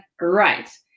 right